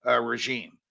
regime